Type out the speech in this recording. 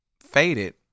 faded